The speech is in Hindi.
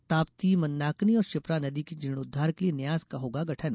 ताप्ती मंदाकिनी और क्षिप्रा नदी के जीर्णोद्वार के लिए न्यास का होगा गठन